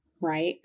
right